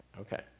Okay